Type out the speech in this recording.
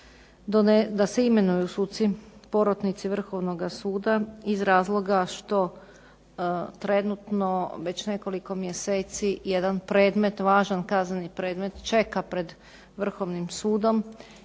da se imenuju suci porotnici Vrhovnoga suda iz razloga što trenutno već nekoliko mjeseci jedan predmet, važan kazneni predmet čeka pred Vrhovnim sudom